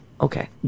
Okay